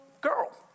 girl